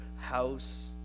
house